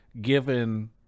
given